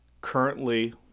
currently